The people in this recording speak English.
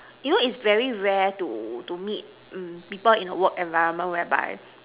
you know it's very rare to to meet um people in a work environment whereby